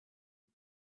you